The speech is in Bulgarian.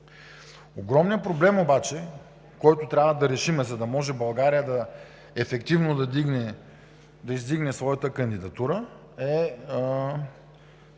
Огромният проблем обаче, който трябва да решим, за да може България ефективно да издигне своята кандидатура, е,